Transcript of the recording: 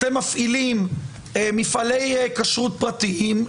אתם מפעילים מפעלי כשרות פרטיים.